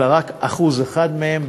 אלא רק אחוז אחד מהם,